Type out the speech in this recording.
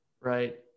Right